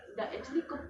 cantik lah